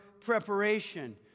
preparation